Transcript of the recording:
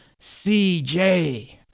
cj